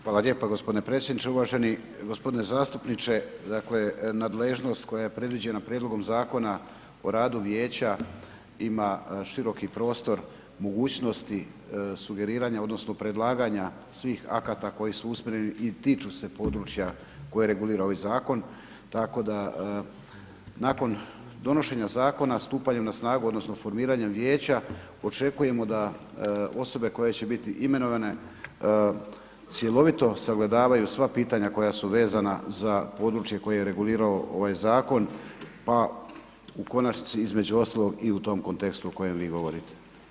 Hvala lijepo g. predsjedniče, uvaženi g. zastupniče, dakle nadležnost koja je predviđena prijedlogom zakona o radu vijeća ima široki prostor mogućnosti sugeriranja odnosno predlaganja svih akata koji su usmjereni i tiču se područja koje regulira ovaj zakon, tako da nakon donošenja zakona stupaju na snagu odnosno formiranjem vijeća očekujemo da osobe koje će biti imenovane cjelovito sagledavaju sva pitanja koja su vezana za područje koje je regulirao ovaj zakon pa u konačnici između ostalog, i u tom kontekstu o kojem vi govorite.